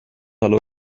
تلاش